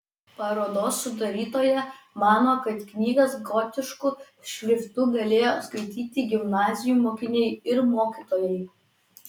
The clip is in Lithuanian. parodos sudarytoja mano kad knygas gotišku šriftu galėjo skaityti gimnazijų mokiniai ir mokytojai